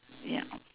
ya